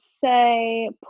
say